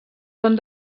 són